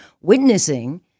witnessing